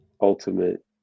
ultimate